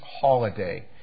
holiday